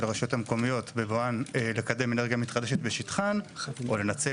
הרשויות המקומיות בבואן לקדם אנרגיה מתחדשת בשטחן או לנצל